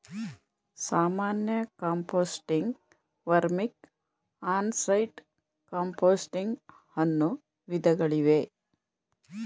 ಸಾಮಾನ್ಯ ಕಾಂಪೋಸ್ಟಿಂಗ್, ವರ್ಮಿಕ್, on site composting ಅನ್ನೂ ವಿಧಗಳಿವೆ